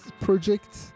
Project